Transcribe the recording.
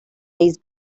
days